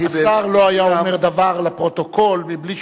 השר לא היה אומר דבר לפרוטוקול מבלי,